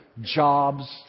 jobs